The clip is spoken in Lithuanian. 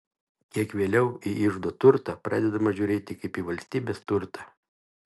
kiek vėliau į iždo turtą pradedama žiūrėti kaip į valstybės turtą